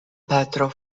patro